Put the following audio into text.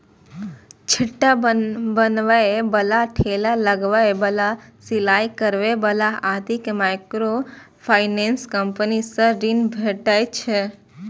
छिट्टा बनबै बला, ठेला लगबै बला, सिलाइ करै बला आदि कें माइक्रोफाइनेंस कंपनी सं ऋण भेटै छै